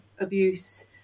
abuse